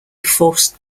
forced